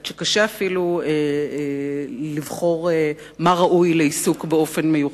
עד שקשה אפילו לבחור מה ראוי לעיסוק באופן מיוחד.